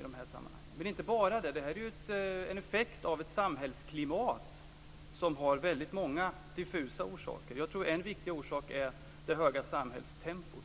i de här sammanhangen. Men det handlar inte bara om detta. Det här är ju en effekt av ett samhällsklimat som har väldigt många diffusa orsaker. En viktig orsak är, tror jag, det höga samhällstempot.